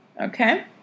okay